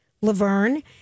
Laverne